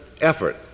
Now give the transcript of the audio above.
effort